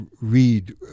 read